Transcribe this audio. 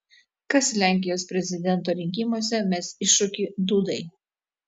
kas lenkijos prezidento rinkimuose mes iššūkį dudai